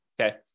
okay